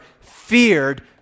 feared